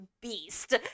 beast